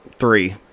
three